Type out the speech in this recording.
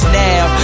now